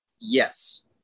yes